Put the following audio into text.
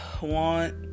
want